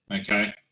okay